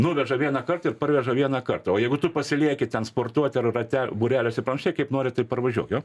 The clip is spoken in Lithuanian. nuveža vienąkart ir parveža vieną kartą o jeigu tu pasilieki ten sportuoti ar rate būreliuose panašiai kaip nori taip parvažiuok jo